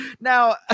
Now